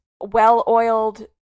well-oiled